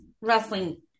wrestling